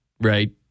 right